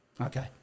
okay